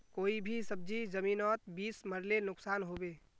कोई भी सब्जी जमिनोत बीस मरले नुकसान होबे?